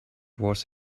was